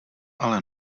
ale